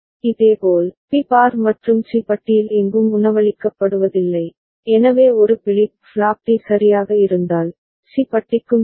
இதேபோல் B bar மற்றும் C பட்டியில் எங்கும் உணவளிக்கப்படுவதில்லை எனவே ஒரு பிளிப் ஃப்ளாப் டி சரியாக இருந்தால் சி பட்டிக்கும் சரி